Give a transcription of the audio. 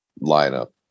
lineup